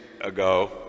ago